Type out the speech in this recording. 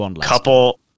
Couple